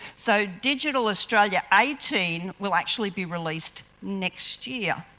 so, digital australia eighteen will actually be released next year.